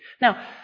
Now